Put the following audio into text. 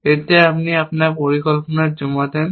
এতে আপনি আপনার পরিকল্পনাকারী জমা দেন